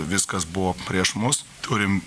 viskas buvo prieš mus turim